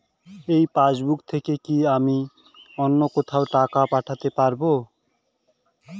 এই পাসবুক থেকে কি আমি অন্য কোথাও টাকা পাঠাতে পারব?